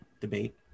debate